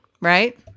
Right